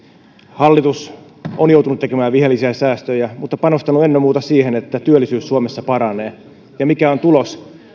hallitus on joutunut tekemään viheliäisiä säästöjä mutta panostanut ennen muuta siihen että työllisyys suomessa paranee ja mikä on tulos